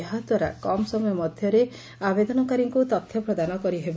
ଏହାଦ୍ୱାରା କମ୍ ସମୟ ମଧ୍ୟରେ ଆବେଦନକାରୀଙ୍କୁ ତଥ୍ୟ ପ୍ରଦାନ କରିହେବ